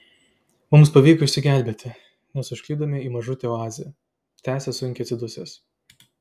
mums pavyko išsigelbėti nes užklydome į mažutę oazę tęsia sunkiai atsidusęs